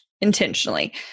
intentionally